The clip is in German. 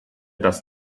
dass